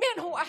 מי הוא אחמד.)